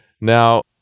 Now